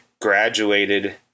graduated